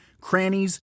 crannies